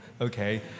okay